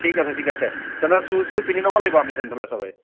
ঠিক আছে ঠিক আছে তেনেহ'লে শ্বুজ টুজ পিন্ধি ল'ব লাগিব আমি তেনেহ'লে সবেই